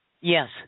Yes